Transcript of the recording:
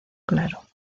claro